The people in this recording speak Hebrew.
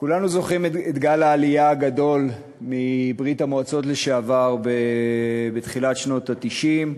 כולנו זוכרים את גל העלייה הגדול מברית-המועצות לשעבר בתחילת שנות ה-90,